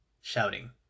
shouting